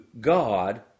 God